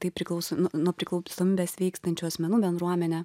tai priklauso nu nuo priklausomybės sveikstančių asmenų bendruomenė